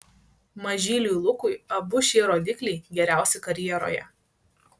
mažyliui lukui abu šie rodikliai geriausi karjeroje